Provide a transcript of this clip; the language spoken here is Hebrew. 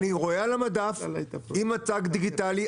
אני רואה על המדף עם הצג הדיגיטלי,